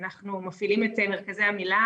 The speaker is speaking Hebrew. אנחנו מפעילים את מרכזי ה"מילם",